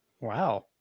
Wow